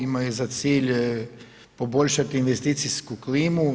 Imaju za cilj poboljšati investicijsku klimu.